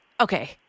okay